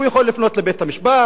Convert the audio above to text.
הוא יכול לפנות לבית-המשפט,